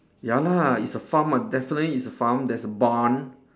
ya lah it's a farm ah definitely it's a farm there's a barn